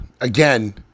again